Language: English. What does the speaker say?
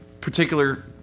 particular